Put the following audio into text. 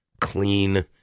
clean